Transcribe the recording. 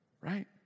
right